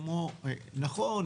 נכון,